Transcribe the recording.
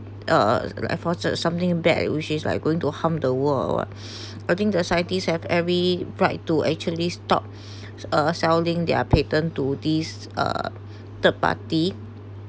uh afforded something in that which is like going to harm the world or what I think the scientists have every right to actually stop uh selling their patent to these are third party